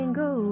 go